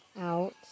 out